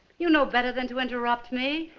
you know better than to interrupt me.